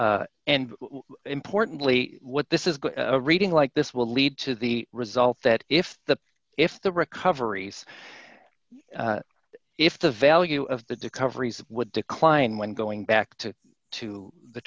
and importantly what this is reading like this will lead to the result that if the if the recoveries if the value of the discoveries would decline when going back to to the